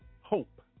hope